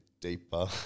deeper